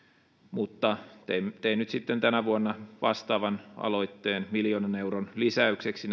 mutta tein nyt sitten tänä vuonna vastaavan aloitteen miljoonan euron lisäykseksi